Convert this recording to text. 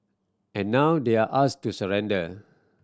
and now they're asked to surrender